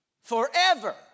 forever